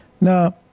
Now